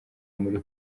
muri